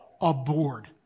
aboard